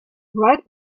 right